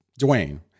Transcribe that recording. Dwayne